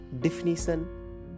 definition